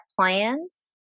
plans